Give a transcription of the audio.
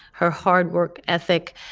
her hard work ethic,